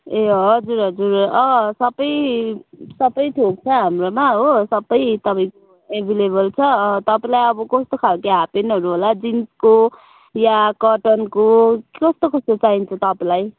ए हजुर हजुर अँ सबै सबै थोक छ हाम्रोमा हो सबै तपाईँ एभाइलेबल छ तपाईँलाई अब कस्तो खालके हाफप्यान्टहरू होला जिन्सको या कटनको कस्तो कस्तो चाहिन्छ तपाईँलाई